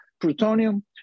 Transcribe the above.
plutonium